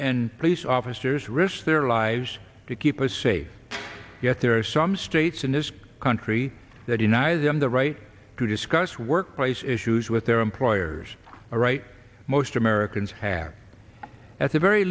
and police officers risked their lives to keep us safe yet there are some states in this country that deny them the right to discuss workplace issues with their employers a right most americans have at the very